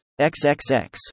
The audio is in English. xxx